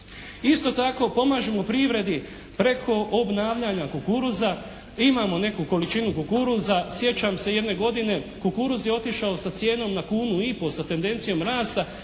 Isto tako pomažemo privredi preko obnavljanja kukuruza. Imamo neku količinu kukuruza. Sjećam se jedne godine kukuruz je otišao sa cijenom na kunu i po sa tendencijom rasta